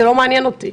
זה לא מעניין אותי.